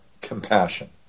compassion